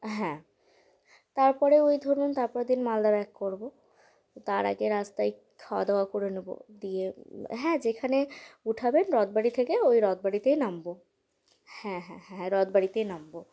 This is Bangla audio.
হ্যাঁ তারপরে ওই ধরুন তারপরের দিন মালদা ব্যাক করবো তার আগে রাস্তায় খাওয়া দাওয়া করে নেবো দিয়ে হ্যাঁ যেখানে ওঠাবেন রথ বাড়ি থেকে ওই র্ত বাড়িতেই নামবো হ্যাঁ হ্যাঁ হ্যাঁ হ্যাঁ রথ বাড়িতেই নামবো